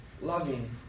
loving